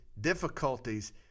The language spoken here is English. difficulties